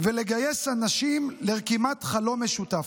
ולגייס אנשים לרקימת חלום משותף.